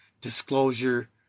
disclosure